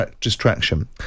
distraction